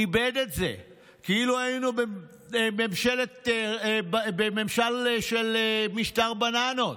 איבד את זה, כאילו היינו בממשל של משטר בננות.